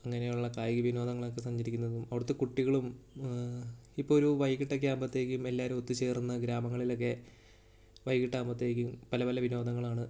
അങ്ങനെയുള്ള കായിക വിനോദങ്ങളൊക്കെ തന്നിരിക്കുന്നതും അവിടുത്തെ കുട്ടികളും ഇപ്പോഴൊരു വൈകിട്ടൊക്കെ ആകുമ്പോഴത്തേക്കും എല്ലാവരും ഒത്തുചേർന്ന് ഗ്രാമങ്ങളിലൊക്കെ വൈകിട്ടാകുമ്പോഴത്തേക്കും പല പല വിനോദങ്ങളാണ്